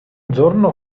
giorno